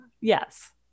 Yes